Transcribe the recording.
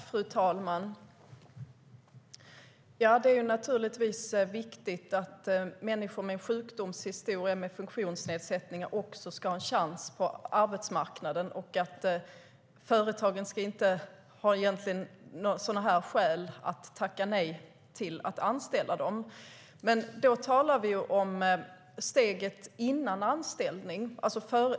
Fru talman! Det är naturligtvis viktigt att människor med en sjukdomshistoria och med funktionsnedsättningar också ska ha en chans på arbetsmarknaden. Företagen ska egentligen inte ha några skäl för att tacka nej till att anställa dem. Men då talar vi om steget före anställning.